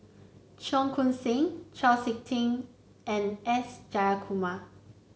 Cheong Koon Seng Chau SiK Ting and S Jayakumar